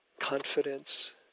Confidence